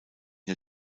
der